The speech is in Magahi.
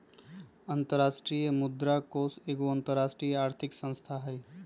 अंतरराष्ट्रीय मुद्रा कोष एगो अंतरराष्ट्रीय आर्थिक संस्था हइ